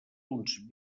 uns